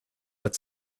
but